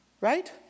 Right